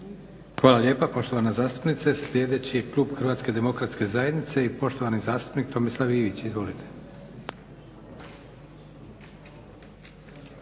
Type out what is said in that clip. Hvala lijepa poštovana zastupnice. Sljedeći je klub HDZ-a i poštovani zastupnik Tomislav Ivić. Izvolite.